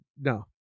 No